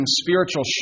spiritual